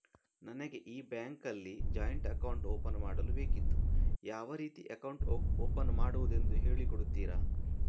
ನನಗೆ ಈ ಬ್ಯಾಂಕ್ ಅಲ್ಲಿ ಜಾಯಿಂಟ್ ಅಕೌಂಟ್ ಓಪನ್ ಮಾಡಲು ಬೇಕಿತ್ತು, ಯಾವ ರೀತಿ ಅಕೌಂಟ್ ಓಪನ್ ಮಾಡುದೆಂದು ಹೇಳಿ ಕೊಡುತ್ತೀರಾ?